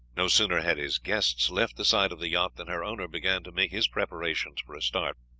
no sooner had his guests left the side of the yacht than her owner began to make his preparations for a start.